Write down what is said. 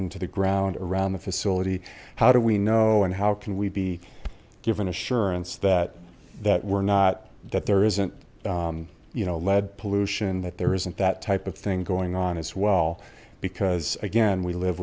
into the ground around the facility how do we know and how can we be given assurance that that we're not that there isn't you know lead pollution that there isn't that type of thing going on as well because again we live